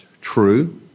true